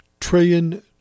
Trillion